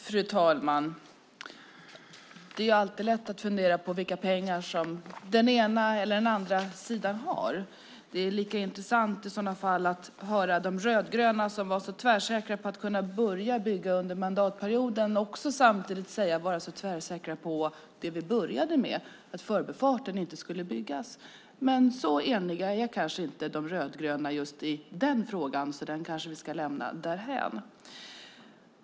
Fru talman! Det är alltid lätt att fundera på vilka pengar den ena eller den andra sidan har. Det är lika intressant att höra De rödgröna, som var så tvärsäkra på att kunna börja bygga under mandatperioden, vara tvärsäkra på det vi började med, nämligen att förbifarten inte skulle byggas. Men De rödgröna kanske inte är så eniga i just denna fråga, så vi kanske ska lämna den därhän.